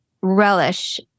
relish